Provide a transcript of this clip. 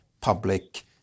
public